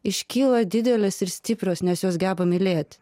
iškyla didelės ir stiprios nes jos geba mylėt